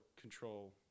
control